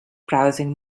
browsing